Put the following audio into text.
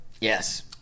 Yes